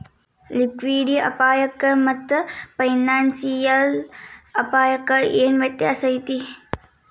Liquidity ಅಪಾಯಕ್ಕಾಮಾತ್ತ financial ಅಪ್ಪಾಯಕ್ಕ ಏನ್ ವ್ಯತ್ಯಾಸೈತಿ?